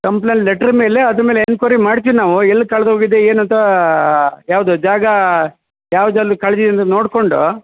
complaint letter ಮೇಲೆ ಅದ್ರ ಮೇಲೆ ಎನ್ಕ್ವೇರಿ ಮಾಡ್ತಿವಿ ನಾವು ಎಲ್ಲಿ ಕಳ್ದೋಗಿದೆ ಏನು ಅಂತಾ ಯಾವುದು ಜಾಗ ಯಾವ್ದಲ್ಲಿ ಕಳೆದಿದೆ ಅಂದು ನೋಡ್ಕೊಂಡು